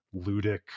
ludic